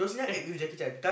eh